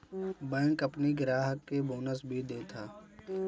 bank अपनी ग्राहक के बोनस भी देत हअ